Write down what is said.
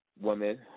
woman